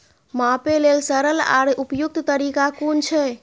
मापे लेल सरल आर उपयुक्त तरीका कुन छै?